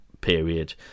period